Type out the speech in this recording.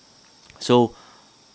so